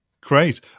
Great